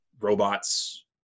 robots